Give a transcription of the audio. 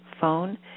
phone